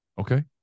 Okay